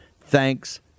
Thanks